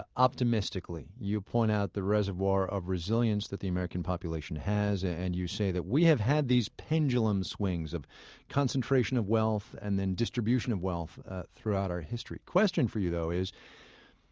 ah optimistically. you point out the reservoir of resilience that the american population has, and you say that we have had these pendulum swings of concentration of wealth and then distribution of wealth throughout our history. question for you though is,